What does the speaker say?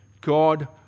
God